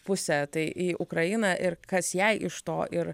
pusę tai į ukrainą ir kas jai iš to ir